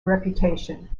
reputation